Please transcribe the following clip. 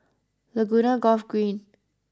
Laguna Golf Green